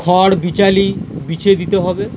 খড় বিচালি বিছিয়ে দিতে হবে